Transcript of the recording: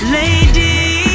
lady